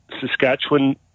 Saskatchewan